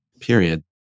period